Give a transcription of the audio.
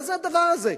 מה זה הדבר הזה?